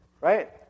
Right